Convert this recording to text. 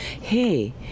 Hey